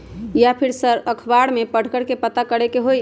या फिर अखबार में पढ़कर के पता करे के होई?